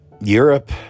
Europe